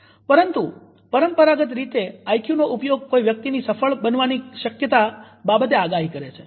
પરંતુ પરંપરાગત રીતે આઈક્યુ નો ઉપયોગ કોઈ વ્યક્તિની સફળ બનવાની શક્યતા બાબતે આગાહી કરે છે